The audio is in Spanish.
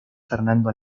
fernando